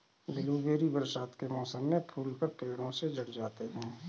blueberry बरसात के मौसम में फूलकर पेड़ों से झड़ जाते हैं